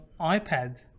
iPad